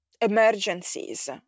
emergencies